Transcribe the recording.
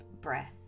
breath